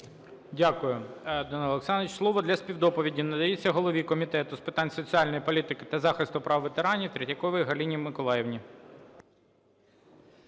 Дякую, Данило Олександрович. Слово для співдоповіді надається голові Комітету з питань соціальної політики та захисту прав ветеранів Третьяковій Галині Миколаївні.